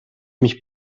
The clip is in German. mich